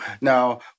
Now